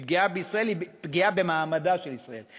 היא פגיעה במעמדה של ישראל,